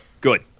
Good